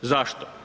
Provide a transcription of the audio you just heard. Zašto?